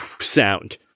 sound